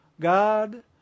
God